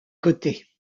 côtés